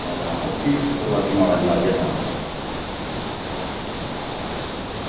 आं भी रातीं माल लागै भी तां